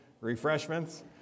Refreshments